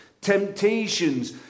temptations